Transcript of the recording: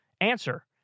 Answer